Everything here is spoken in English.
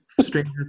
Stranger